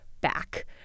back